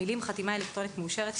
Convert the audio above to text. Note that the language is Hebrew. המילים "חתימה אלקטרונית מאושרת"